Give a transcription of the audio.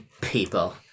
people